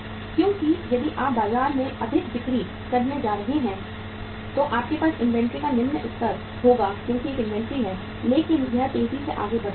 क्योंकि यदि आप बाजार में अधिक बिक्री करने जा रहे हैं तो आपके पास इन्वेंट्री का निम्न स्तर होगा क्योंकि एक इन्वेंट्री है लेकिन यह तेजी से आगे बढ़ रहा है